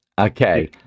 Okay